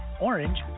orange